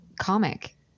comic